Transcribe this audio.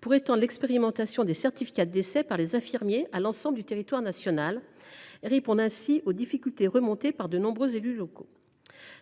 de l’établissement des certificats de décès par les infirmiers à l’ensemble du territoire national. Cette disposition permettra de répondre aux difficultés qui sont rapportées par de nombreux élus locaux.